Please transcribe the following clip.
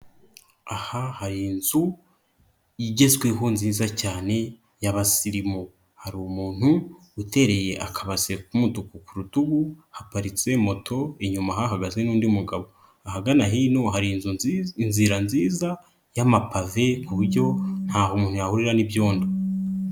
Aha hari inzu igezweho nziza cyane y'abasirimu hari umuntu utereye akabase k'umutuku ku rutugu haparitse moto, inyuma hahagaze n'undi mugabo, ahagana hino hari inzu nziza inzira nziza y'amapave ku buryo ntaho umuntu yahurira n'ibyondo.